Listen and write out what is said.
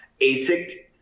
ASIC